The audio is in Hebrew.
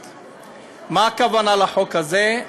הכוונה בחוק הזה?